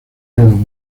dedo